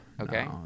Okay